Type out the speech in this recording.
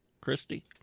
Christy